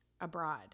abroad